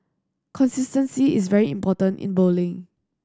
consistency is very important in bowling